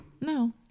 No